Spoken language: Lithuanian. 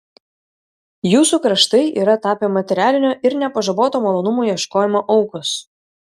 jūsų kraštai yra tapę materialinio ir nepažaboto malonumų ieškojimo aukos